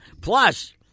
Plus